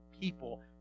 people